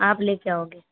आप ले के आओगे